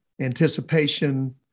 anticipation